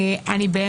איני מבינה,